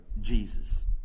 jesus